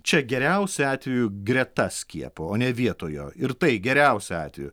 čia geriausiu atveju greta skiepo o ne vietoj jo ir tai geriausiu atveju